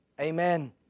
amen